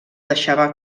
deixava